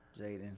Jaden